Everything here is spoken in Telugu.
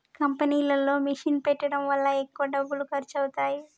కంపెనీలో మిషన్ పెట్టడం వల్ల ఎక్కువ డబ్బులు ఖర్చు అవుతాయి